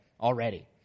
already